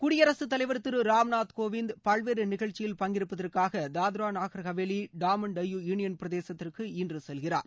குடியரசுத் தலைவர் திரு ராம்நாத் கோவிந்த் பல்வேறு நிகழ்ச்சியில் பங்கேற்பதற்காக தத்ரா நாகர் ஹவாலி டாமன் டையூ யூனியன் பிரதேசத்திற்கு இன்று செல்கிறார்